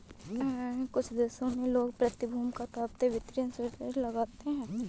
कुछ देशों में लोग प्रतिभूति का तात्पर्य वित्तीय इंस्ट्रूमेंट से लगाते हैं